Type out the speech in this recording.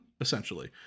essentially